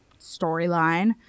storyline